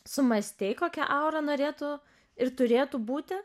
sumąstei kokia aura norėtų ir turėtų būti